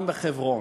גם בחברון.